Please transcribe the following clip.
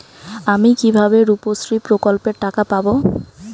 আমি কিভাবে রুপশ্রী প্রকল্পের টাকা পাবো?